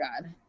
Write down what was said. God